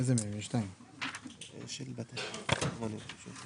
בתקציב עברו 200 מיליון לחינוך המיוחד.